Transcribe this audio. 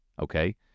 okay